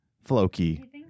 floki